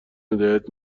هدایت